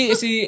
si